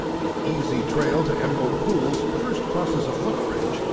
the easy trail to emerald pools first crosses a footbridge,